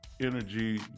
energy